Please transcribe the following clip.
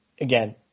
again